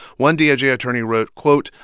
one doj yeah attorney wrote, quote,